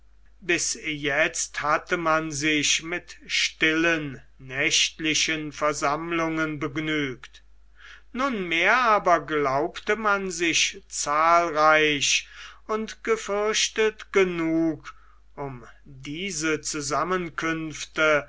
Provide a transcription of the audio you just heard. bis jetzt hatte man sich mit stillen nächtlichen versammlungen begnügt nunmehr aber glaubte man sich zahlreich und gefürchtet genug um diese zusammenkünfte